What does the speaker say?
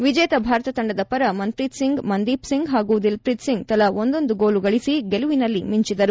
ವಿಜೇತ ಭಾರತ ತಂಡದ ಪರ ಮನ್ಪ್ರೀತ್ ಸಿಂಗ್ ಮಂದೀಪ್ ಸಿಂಗ್ ಹಾಗೂ ದಿಲ್ಪ್ರೀತ್ ಸಿಂಗ್ ತಲಾ ಒಂದೊಂದು ಗೋಲು ಗಳಿಸಿ ಗೆಲುವಿನಲ್ಲಿ ಮಿಂಚಿದರು